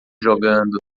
jogando